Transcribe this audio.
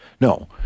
no